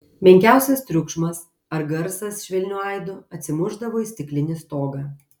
menkiausias triukšmas ar garsas švelniu aidu atsimušdavo į stiklinį stogą